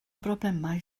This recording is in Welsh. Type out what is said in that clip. broblemau